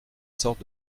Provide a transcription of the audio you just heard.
sorte